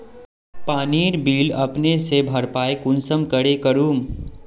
पानीर बिल अपने से भरपाई कुंसम करे करूम?